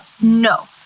No